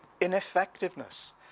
ineffectiveness